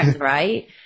right